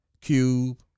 Cube